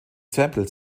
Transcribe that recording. samples